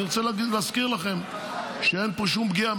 אני רוצה להזכיר לכם שאין פה שום פגיעה,